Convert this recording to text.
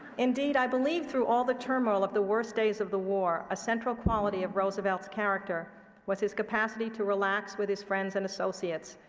indeed, i believe through all the turmoil of the worst days of the war, a central quality of roosevelt's character was his capacity to relax with his friends and associates,